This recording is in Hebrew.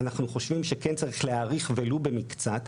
אנחנו חושבים שכן צריך להאריך ולו במקצת,